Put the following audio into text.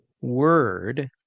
word